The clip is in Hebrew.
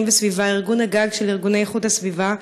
וסביבה" ארגון הגג של ארגוני איכות הסביבה,